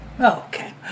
Okay